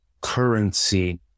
currency